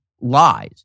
lies